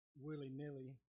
willy-nilly